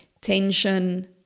tension